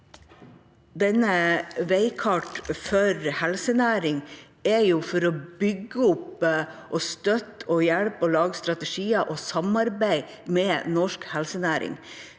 Dette veikartet for helsenæringen vil bygge opp, støtte, hjelpe og lage strategier og samarbeid med norsk helsenæring.